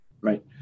Right